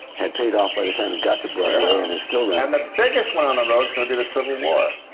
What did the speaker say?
had paid off by the time it got to broadway, and it still and the biggest one on the road's going to be the civil war.